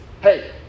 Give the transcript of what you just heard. Hey